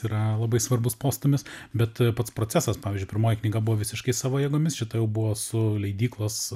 yra labai svarbus postūmis bet pats procesas pavyzdžiui pirmoji knyga buvo visiškai savo jėgomis šita jau buvo su leidyklos